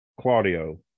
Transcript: Claudio